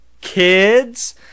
kids